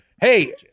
Hey